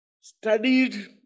studied